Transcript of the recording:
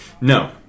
No